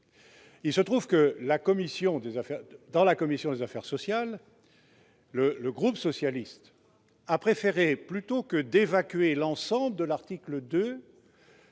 des travaux de la commission des affaires sociales, le groupe socialiste a préféré, plutôt que d'évacuer l'ensemble de l'article 2,